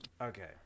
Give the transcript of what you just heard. Okay